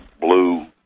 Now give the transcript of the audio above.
blue